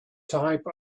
type